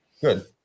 good